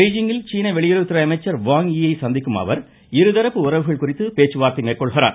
பீஜிங்கில் சீன வெளியுறவுத்துறை அமைச்சர் வாங் ஈ ஐ சந்திக்கும் அவர் இருதரப்பு உறவுகள் குறித்து பேச்சுவார்த்தை மேற்கொள்கிறார்